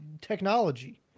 technology